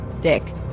dick